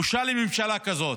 בושה לממשלה כזאת.